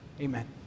Amen